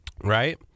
right